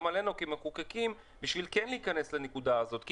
עלינו כמחוקקים בשביל כן להכנס לנקודה הזאת.